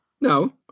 No